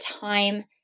time